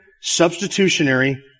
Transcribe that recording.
substitutionary